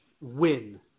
win